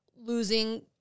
losing